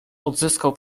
odzyskał